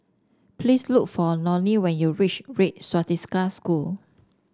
please look for Loni when you reach Red Swastika School